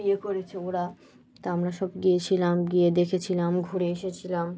বিয়ে করেছে ওরা তা আমরা সব গিয়েছিলাম গিয়ে দেখেছিলাম ঘুরে এসেছিলাম